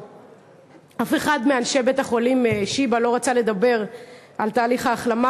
אף אחד מאנשי בית-החולים שיבא לא רצה לדבר על תהליך ההחלמה,